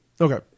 Okay